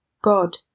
God